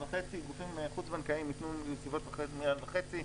גופים חוץ בנקיים ייתנו בסביבות מיליארד וחצי.